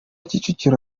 kicukiro